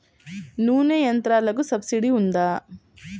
నూనె యంత్రాలకు సబ్సిడీ ఉందా?